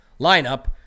lineup